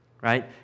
right